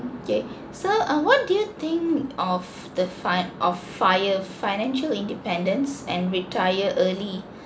okay so uh what do you think of the fin~ of fire financial independence and retire early